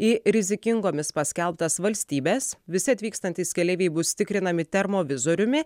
į rizikingomis paskelbtas valstybes visi atvykstantys keleiviai bus tikrinami termovizoriumi